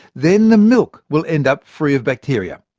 then the milk will end up free of bacteria.